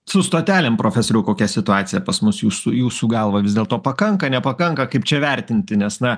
su stotelėm profesoriau kokia situacija pas mus jūsų jūsų galva vis dėlto pakanka nepakanka kaip čia vertinti nes na